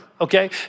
okay